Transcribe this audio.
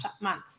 month